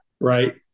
right